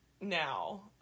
now